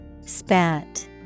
Spat